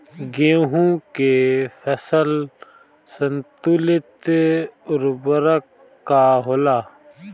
गेहूं के फसल संतुलित उर्वरक का होला?